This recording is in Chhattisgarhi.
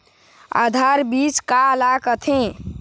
आधार बीज का ला कथें?